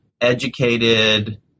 educated